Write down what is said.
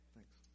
Thanks